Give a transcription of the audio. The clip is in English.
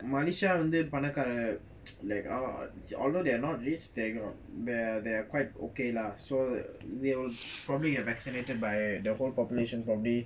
மனிஷாவந்துபணக்காரங்க:manisa vandhu panakaranga like although they are not rich they are quite okay lah so they will probably get vaccinated by the whole population probably